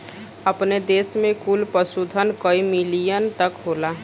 अपने देस में कुल पशुधन कई मिलियन तक होला